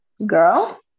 girl